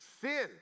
sin